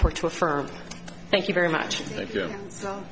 court to affirm thank you very much